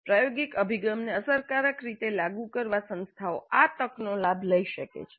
પ્રાયોગિક અભિગમને અસરકારક રીતે લાગુ કરવા સંસ્થાઓ આ તકનો લાભ લઈ શકે છે